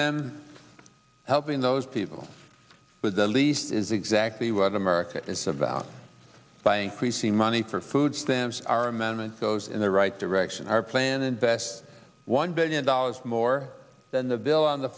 them helping those people with the least is exactly what america is about buying creasy money for food stamps are amendment goes in the right direction our plan invest one billion dollars more than the bill on the